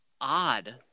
odd